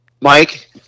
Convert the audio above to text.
Mike